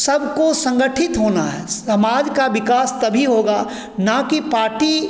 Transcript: सबको संगठित होना है समाज का विकास तभी होगा ना कि पार्टी